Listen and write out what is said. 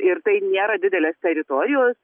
ir tai nėra didelės teritorijos